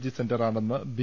G സെന്ററാണെന്ന് B